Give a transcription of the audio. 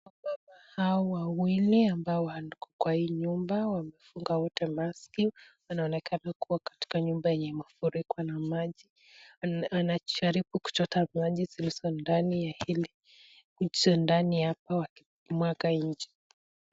Wamama hawa wawili ambao wako kwa hii nyumba wamefunga wote maski wanonekana wakiwa katika nyumba enye imefurikwa na maji. Anajaribu kuchota maji zilizondani ya hili kuje ndani hapa wakimwaka nje.